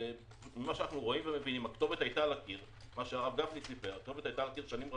שממה שאנחנו רואים ומבינים הכתובת הייתה על הקיר שנים רבות,